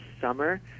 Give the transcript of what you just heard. summer